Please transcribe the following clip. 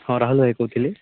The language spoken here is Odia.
ହଁ ରାହୁଲ ଭାଇ କହୁଥିଲି